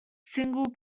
single